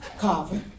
Carver